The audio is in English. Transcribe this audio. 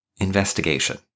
investigation